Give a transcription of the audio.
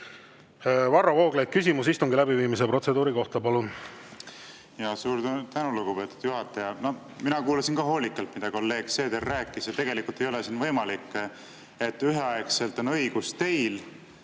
Varro Vooglaid, küsimus istungi läbiviimise protseduuri kohta, palun! Suur tänu, lugupeetud juhataja! Mina kuulasin ka hoolikalt, mida kolleeg Seeder rääkis. Tegelikult ei ole võimalik, et üheaegselt on õigus teil